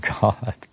God